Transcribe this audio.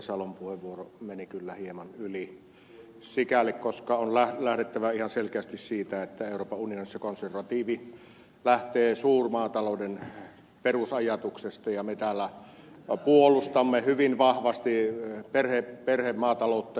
salon puheenvuoro meni kyllä hieman yli sikäli koska on lähdettävä ihan selkeästi siitä että euroopan unionissa konservatiivi lähtee suurmaatalouden perusajatuksesta ja me täällä puolustamme hyvin vahvasti perhemaataloutta